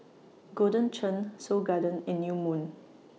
Golden Churn Seoul Garden and New Moon